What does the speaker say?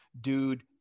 dude